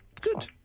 Good